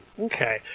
Okay